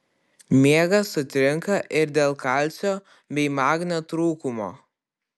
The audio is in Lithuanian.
miegas sutrinka ir dėl kalcio bei magnio trūkumo